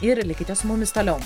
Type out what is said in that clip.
ir likite su mumis toliau